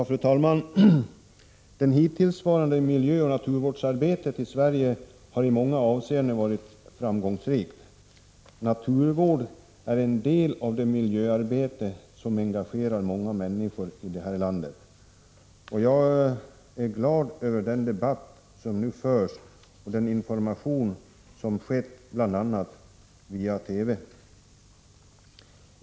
Fru talman! Det hittillsvarande miljöoch naturvårdsarbetet i Sverige har i många avseenden varit framgångsrikt. Naturvård är en del av det miljöarbete som engagerar många människor här i landet. Jag är glad över den debatt som nu förs och den information som skett bl.a. via TV.